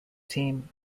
team